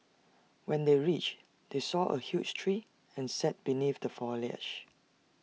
when they reached they saw A huge tree and sat beneath the foliage